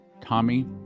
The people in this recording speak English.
Tommy